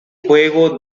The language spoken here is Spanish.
juego